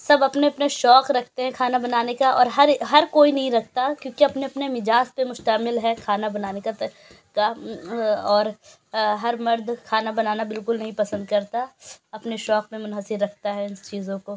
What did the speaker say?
سب اپنے اپنے شوق رکھتے ہیں کھانا بنانے کا اور ہر ہر کوئی نہیں رکھتا کیونکہ اپنے اپنے مزاج پہ مشتمل ہے کھانا بنانے کا اور ہر مرد کھانا بنانا بالکل نہیں پسند کرتا اپنے شوق میں منحصر رکھتا ہے اِن چیزوں کو